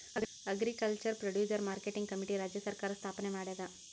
agriculture producer marketing committee ರಾಜ್ಯ ಸರ್ಕಾರ್ ಸ್ಥಾಪನೆ ಮಾಡ್ಯಾದ